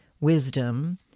wisdom